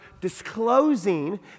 disclosing